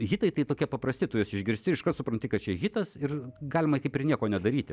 hitai tai tokie paprasti tu juos išgirsti iškart supranti kad čia hitas ir galima kaip ir nieko nedaryti